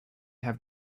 have